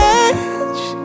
edge